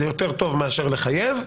זה יותר טוב מאשר לחייב.